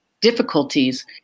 difficulties